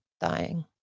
dying